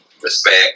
respect